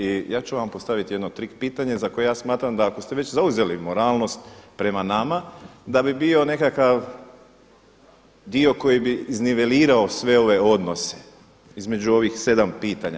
I ja ću vam postaviti jedno trik pitanje za koje ja smatram da ako ste već zauzeli moralnost prema nama da bi bio nekakav dio koji bi iznivelirao sve ove odnose između ovih sedam pitanja.